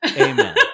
Amen